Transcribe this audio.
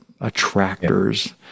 attractors